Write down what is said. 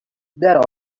there